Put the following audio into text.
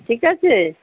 ঠিক আছে